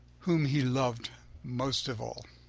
whom he loved most of all.